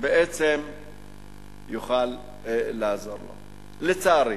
בעצם יוכל לעזור לו, לצערי.